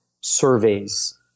surveys